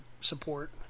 support